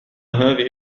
هذه